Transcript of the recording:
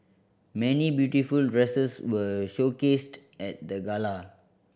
many beautiful dresses were showcased at the gala